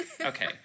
okay